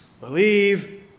believe